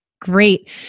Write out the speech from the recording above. great